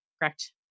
correct